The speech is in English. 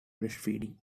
breastfeeding